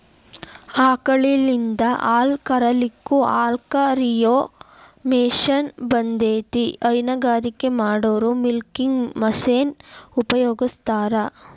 ಆಕಳಿಂದ ಹಾಲ್ ಕರಿಲಿಕ್ಕೂ ಹಾಲ್ಕ ರಿಯೋ ಮಷೇನ್ ಬಂದೇತಿ ಹೈನಗಾರಿಕೆ ಮಾಡೋರು ಮಿಲ್ಕಿಂಗ್ ಮಷೇನ್ ಉಪಯೋಗಸ್ತಾರ